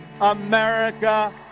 America